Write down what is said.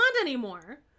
anymore